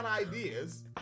ideas